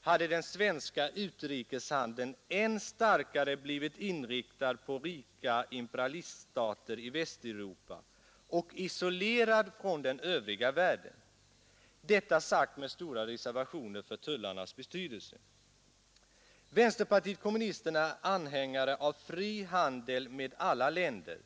hade den svenska utrikeshandeln än starkare blivit inriktad på rika imperialiststater i Västeuropa och isolerad från den övriga världen. Detta sagt med stora reservationer för tullarnas betydelse. Vänsterpartiet kommunisterna är anhängare av fri handel med alla länder.